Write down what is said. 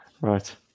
Right